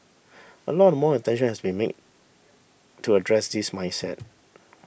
a lot more attention has be made to address this mindset